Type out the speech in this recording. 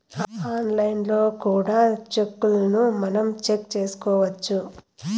ఆన్లైన్లో కూడా సెక్కును మనం చెక్ చేసుకోవచ్చు